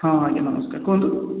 ହଁ ଆଜ୍ଞା ନମସ୍କାର୍ କୁହନ୍ତୁ